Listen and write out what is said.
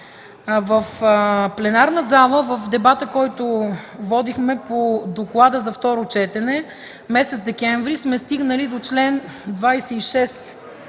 В пленарната зала в дебата, който водихме по доклада за второ четене през месец декември, стигнахме до чл. 26